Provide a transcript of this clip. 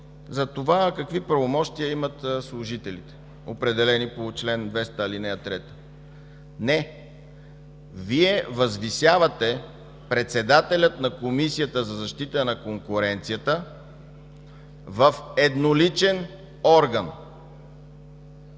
чл. 206 какви правомощия имат служителите, определени по чл. 200, ал. 3. Не, Вие възвисявате председателя на Комисията за защита на конкуренцията в едноличен орган,